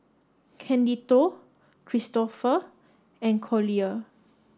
Candido Kristoffer and Collier